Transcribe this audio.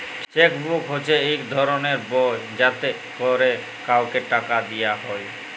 cheque book হছে ইক ধরলের বই যাতে ক্যরে কাউকে টাকা দিয়া হ্যয়